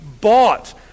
bought